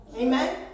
Amen